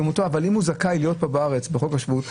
אם הוא זכאי להיות בארץ לפי חוק השבות,